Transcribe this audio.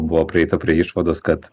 buvo prieita prie išvados kad